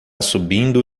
subindo